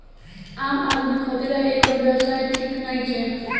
आम आदमी खातिरा एकर व्यवस्था ठीक नईखे